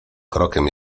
krokiem